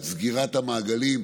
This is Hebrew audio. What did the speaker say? את סגירת המעגלים,